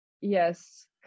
Yes